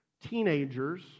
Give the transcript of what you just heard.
teenagers